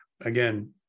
again